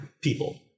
people